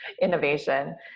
innovation